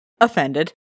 Offended